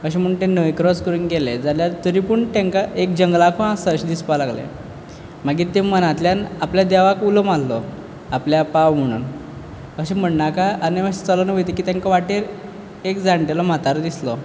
अशें म्हूण ते न्हंय क्रॉस करून गेले जाल्यार तरीपूण तेंकां एक जंगलाकू आसा अशें दिसपा लागलें मागीर ते मनांतल्यान आपल्या देवाक उलो मारलो आपल्या पाव म्हुणोन अशें म्हण्णाका आनी मातशें चलून वयतगीर तेंकां वाटेर एक जाणटेलो म्हातारो दिसलो